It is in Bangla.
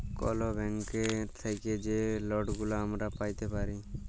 কল ব্যাংক থ্যাইকে যে লটগুলা আমরা প্যাইতে পারি